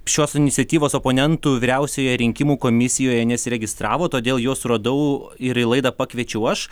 šios iniciatyvos oponentų vyriausioje rinkimų komisijoje nesiregistravo todėl juos suradau ir į laidą pakviečiau aš